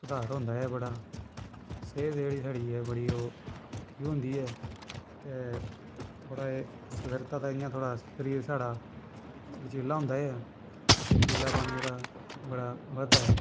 सुधार होंदा ऐ बड़ा सेह्त जेह्ड़ी साढ़ी ऐ बड़ी ओह् ठीक होंदी ऐ ते थोह्ड़ा जेहा सतर्कता ते इ'यां थोह्ड़ा शरीर साढ़ा लचीला होंदा ऐ लचीलापन जेह्ड़ा बड़ा बधदा ऐ